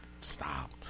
Stop